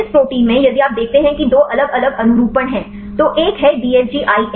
इस प्रोटीन में यदि आप देखते हैं कि दो अलग अलग अनुरूपण हैं तो एक है DFG IN